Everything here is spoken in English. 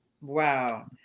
Wow